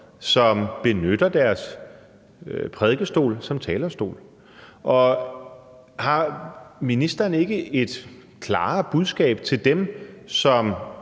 som benytter deres prædikestol som talerstol. Har ministeren ikke et klarere budskab til dem, som